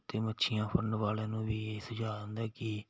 ਅਤੇ ਮੱਛੀਆਂ ਫੜਨ ਵਾਲਿਆਂ ਨੂੰ ਵੀ ਇਹ ਸੁਝਾਅ ਹੁੰਦਾ ਕਿ